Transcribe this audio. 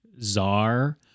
czar